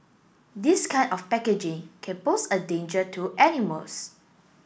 this kind of packaging can pose a danger to animals